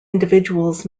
individuals